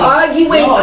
arguing